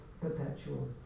perpetual